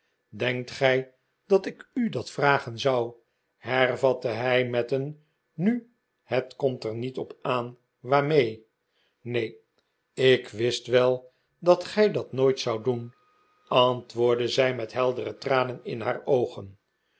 denkt gij dat ik u dat vragen zou hervatte hij met een nu het komt er niet op aan waarmee neen ik wist wel dat gij dat nooit zoudt doen antwoordde zij met heldere tranen in haar oogen